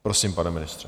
Prosím, pane ministře.